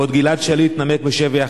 בעוד גלעד שליט נמק בשבי ה"חמאס",